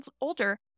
older